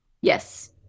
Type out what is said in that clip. Yes